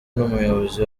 n’umuyobozi